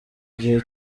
gihe